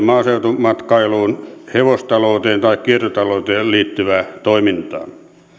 maaseutumatkailuun hevostalouteen tai kiertotalouteen liittyvää toimintaa